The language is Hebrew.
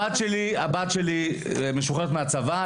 הבת שלי, משוחררת מהצבא.